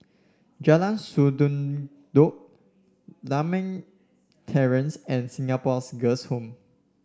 Jalan Sendudok Lakme Terrace and Singapore's Girls' Home